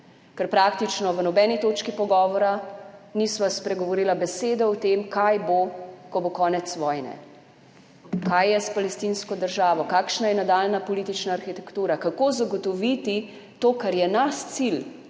Ker praktično v nobeni točki pogovora nisva spregovorila besede o tem, kaj bo, ko bo konec vojne, kaj je s palestinsko državo, kakšna je nadaljnja politična arhitektura, kako zagotoviti to, kar je naš cilj